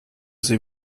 sie